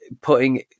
putting